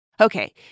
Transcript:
Okay